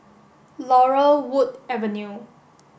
Laurel Wood Avenue